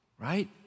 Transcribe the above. right